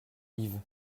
yves